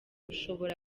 rushobora